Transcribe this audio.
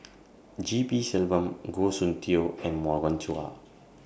G P Selvam Goh Soon Tioe and Morgan Chua